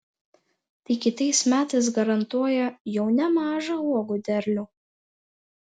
tai kitais metais garantuoja jau nemažą uogų derlių